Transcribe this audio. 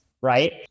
right